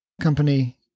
company